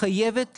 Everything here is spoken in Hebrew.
חייבת